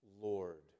Lord